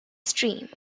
stream